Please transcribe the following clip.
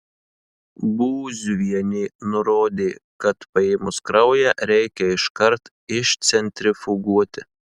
būziuvienė nurodė kad paėmus kraują reikia iškart išcentrifuguoti